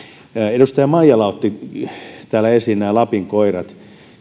edustaja maijala otti täällä esiin lapin koirat